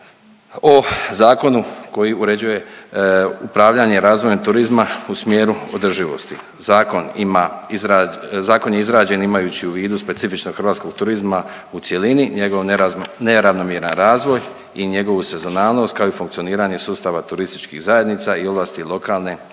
o Zakonu koji uređuje upravljanje razvojem turizma u smjeru održivosti. Zakon je izrađen imajući u vidu specifičnost hrvatskog turizma u cjelini, njegov neravnomjeran razvoj i njegovu sezonalnost kao i funkcioniranje sustava turističkih zajednica i ovlasti lokalne i